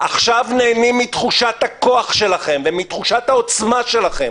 עכשיו נהנים מתחושת הכוח שלכם ומתחושת העוצמה שלכם.